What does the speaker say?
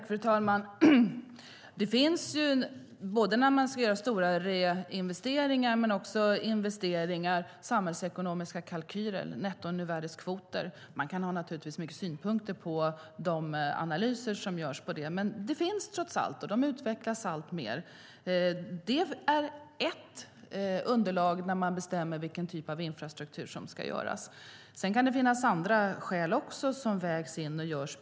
Fru talman! Man kan naturligtvis ha många synpunkter på de analyser som görs när det ska göras stora reinvesteringar, investeringar, samhällsekonomiska kalkyler och nettonuvärdeskvoter. Men de finns trots allt, och de utvecklas alltmer. Det är ett underlag när man bestämmer vilken typ av infrastruktur som ska göras. Sedan kan det finnas andra skäl som vägs in och bedöms.